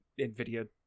NVIDIA